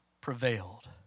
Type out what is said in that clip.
prevailed